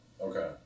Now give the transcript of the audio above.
Okay